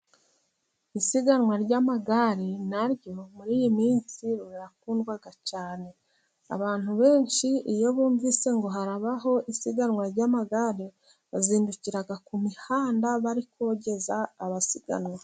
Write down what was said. Isiganwa ry'amagare na ryo muri iyi minsi rirakundwa cyane, abantu benshi iyo bumvise ngo harabaho isiganwa ry'amagare ,bazindukira ku mihanda bari kogeza abasiganwa.